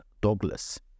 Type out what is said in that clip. Douglas